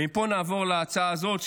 ומפה נעבור להצעה הזאת,